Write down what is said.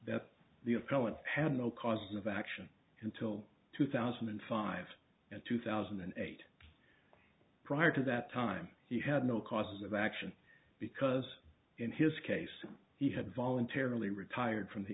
that the appellant had no cause of action until two thousand and five and two thousand and eight prior to that time he had no cause of action because in his case he had voluntarily retired from the